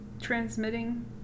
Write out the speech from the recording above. transmitting